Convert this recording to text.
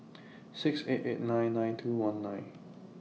six eight eight nine nine two one nine